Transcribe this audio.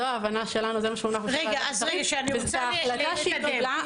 זו ההבנה שלנו שזה מה שהונח בפני ועדת השרים.